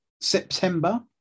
September